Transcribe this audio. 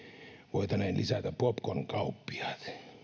voitaneen lisätä popcorn kauppiaat